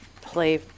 play